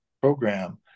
program